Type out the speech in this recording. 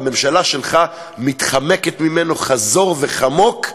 והממשלה שלך מתחמקת ממנו חזור וחמוק,